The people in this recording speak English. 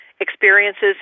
experiences